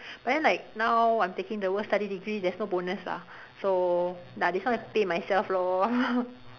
but then like now I'm taking the work study degree there's no bonus lah so ya this one I pay myself lor